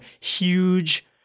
huge